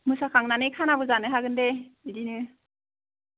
मोसाखांनानै खानाबो जानो हागोन दे बिदिनो